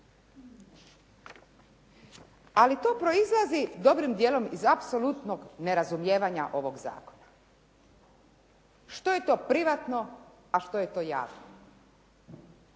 Ali to proizlazi dobrim dijelom iz apsolutnog nerazumijevanja ovog zakona. Što je to privatno, a što je to javno?